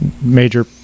major